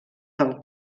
del